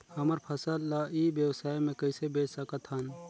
हमर फसल ल ई व्यवसाय मे कइसे बेच सकत हन?